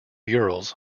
urals